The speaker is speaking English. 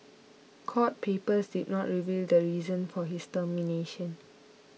court papers did not reveal the reason for his termination